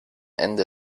ende